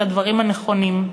את הדברים הנכונים.